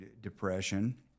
depression